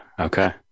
okay